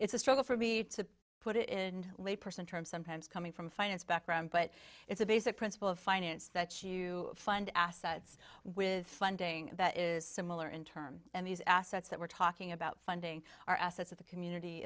t's a struggle for me to put it in lay person terms sometimes coming from finance background but it's a basic principle of finance that you fund assets with funding that is similar in term and these assets that we're talking about funding are assets of the community